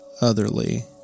otherly